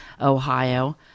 Ohio